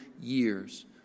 years